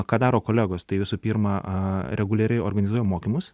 ką daro kolegos tai visų pirma reguliariai organizuoja mokymus